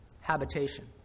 habitation